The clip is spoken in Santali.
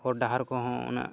ᱦᱚᱨ ᱰᱟᱦᱟᱨ ᱠᱚ ᱦᱚᱸ ᱩᱱᱟᱹᱜ